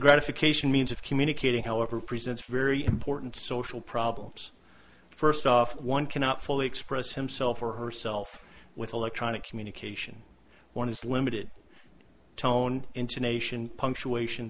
gratification means of communicating however presents very important social problems first off one cannot fully express himself or herself with electronic communication one is limited tone intonation punctuation